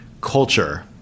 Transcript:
culture